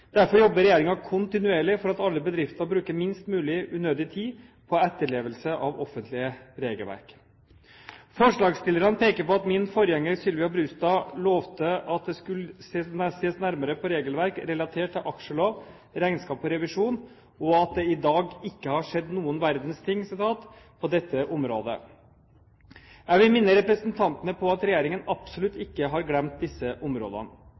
Derfor jobber regjeringen kontinuerlig for at alle bedrifter bruker minst mulig unødig tid på etterlevelse av offentlig regelverk. Forslagsstillerne peker på at min forgjenger Sylvia Brustad lovet at det skulle ses nærmere på regelverket relatert til aksjelov, regnskap og revisjon, og at det i dag «ikke har skjedd noen verdens ting» på dette området. Jeg vil minne representantene på at regjeringen absolutt ikke har glemt disse områdene.